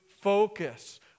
focus